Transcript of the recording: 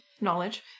Knowledge